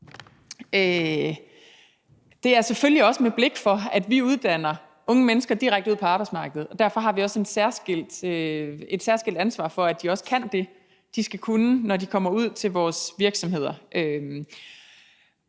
Det er selvfølgelig også med et blik for, at vi uddanner unge mennesker direkte ud på arbejdsmarkedet, og derfor har vi også et særskilt ansvar for, at de også kan det, de skal kunne, når de kommer ud til vores virksomheder.